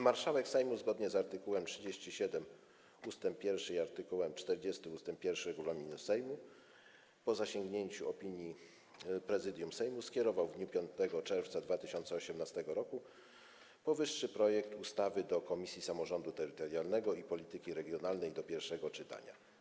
Marszałek Sejmu zgodnie z art. 37 ust. 1 i art. 40 ust. 1 regulaminu Sejmu po zasięgnięciu opinii Prezydium Sejmu skierował w dniu 5 czerwca 2018 r. powyższy projekt ustawy do Komisji Samorządu Terytorialnego i Polityki Regionalnej do pierwszego czytania.